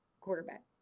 quarterback